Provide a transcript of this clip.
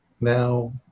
now